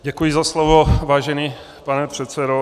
Děkuji za slovo, vážený pane předsedo.